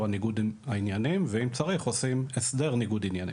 ניגוד העניינים ואם צריך עושים הסדר ניגוד עניינים.